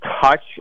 touch